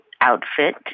outfit